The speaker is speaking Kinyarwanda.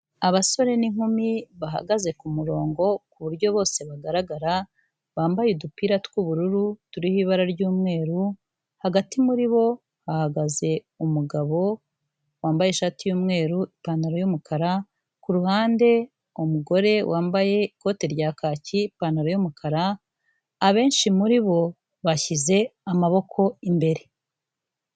Abasore n'inkumi bahagaze ku murongo ku buryo bose bagaragara, bambaye udupira tw'ubururu turiho ibara ry'umweru, hagati muri bo hahagaze umugabo wambaye ishati y'umweru, ipantaro y'umukara, ku ruhande umugore wambaye ikote rya kaki, ipantaro y'umukara, abenshi muri bo bashyize amaboko imbere.